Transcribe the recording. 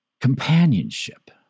companionship